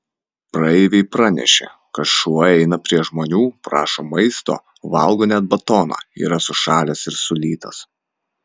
praeiviai pranešė kad šuo eina prie žmonių prašo maisto valgo net batoną yra sušalęs ir sulytas